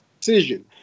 decision